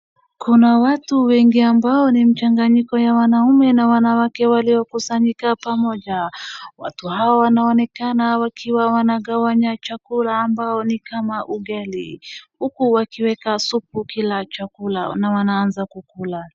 Kuna watu wengi ambao ni mchanganyiko ya wanaume na wanawake waliokusanyika pamoja. watu hao wanaonekana wakiwa wanagawanya chakula ambayo ni kama ugali huku wakiweka supu kila chakula na wanaza kukula.